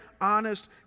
honest